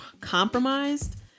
compromised